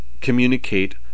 communicate